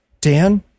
Dan